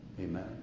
Amen